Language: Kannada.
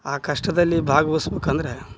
ಆ ಕಷ್ಟದಲ್ಲಿ ಭಾಗವಹಿಸ್ಬೇಕಂದ್ರೆ